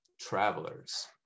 travelers